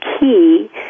key